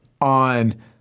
On